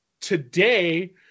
today